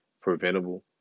preventable